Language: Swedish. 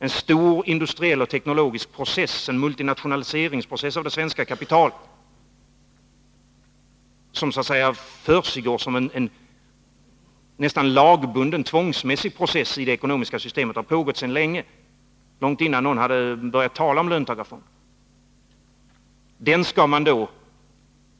En stor industriell och teknologisk process, en multinationaliseringsprocess vad avser det svenska kapitalet — som försiggår som en nästan lagbunden och tvångsmässig process i det ekonomiska systemet — har pågått sedan länge, långt innan någon hade börjat tala om löntagarfonder.